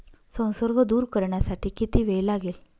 संसर्ग दूर करण्यासाठी किती वेळ लागेल?